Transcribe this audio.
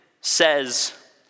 says